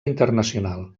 internacional